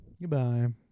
goodbye